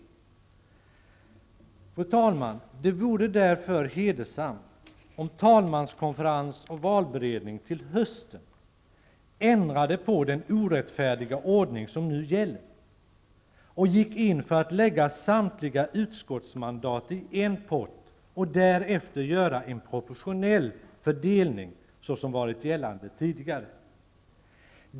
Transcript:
Fru talman! Det vore därför hedersamt om talmanskonferens och valberedning till hösten ändrade på den orättfärdiga ordning som nu gäller och gick in för att lägga samtliga utskottsmandat i en pott och därefter göra en proportionell fördelning såsom varit gällande tidigare.